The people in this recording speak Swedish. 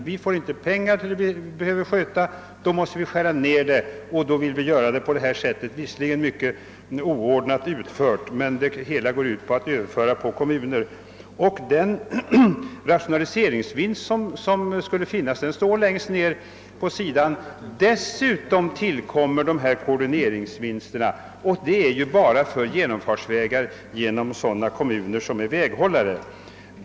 Man har inte pengar att sköta sina uppgifter och därför måste verksamheten skäras ned. Det hela går ut på att överföra en del av verksamheten på kommunerna. Den rationaliseringsvinst som skulle kunna göras anges med orden, att dessutom dessa koordineringsvinster tillkommer. Men detta gäller bara genomfartsvägar i kommuner som är väghållare.